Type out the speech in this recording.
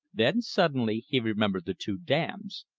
then suddenly he remembered the two dams,